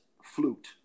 flute